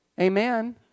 Amen